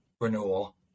renewal